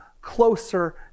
closer